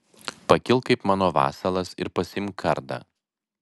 pakilk kaip mano vasalas ir pasiimk kardą